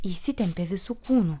įsitempė visu kūnu